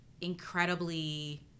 incredibly